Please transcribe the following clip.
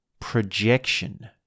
projection